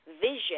vision